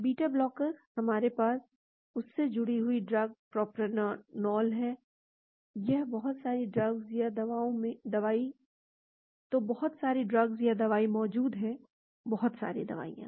beta blocker हमारे पास उससे जुड़ी हुई ड्रग प्रोप्रानोलोल है तो बहुत सारी ड्रग्स या दवाई मौजूद है बहुत सारी दवाएं